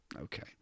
Okay